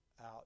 out